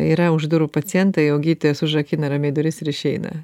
yra už durų pacientai o gydytojas užrakina ramiai duris ir išeina